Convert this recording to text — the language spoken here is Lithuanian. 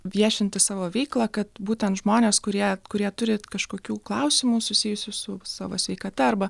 viešinti savo veiklą kad būtent žmonės kurie kurie turi kažkokių klausimų susijusių su savo sveikata arba